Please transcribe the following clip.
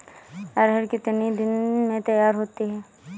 अरहर कितनी दिन में तैयार होती है?